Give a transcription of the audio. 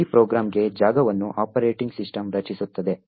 ಈ ಪ್ರೋಗ್ರಾಂಗೆ ಜಾಗವನ್ನು ಆಪರೇಟಿಂಗ್ ಸಿಸ್ಟಮ್ ರಚಿಸುತ್ತದೆ